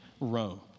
Rome